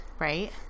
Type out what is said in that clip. Right